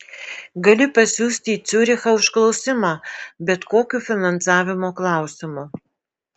gali pasiųsti į ciurichą užklausimą bet kokiu finansavimo klausimu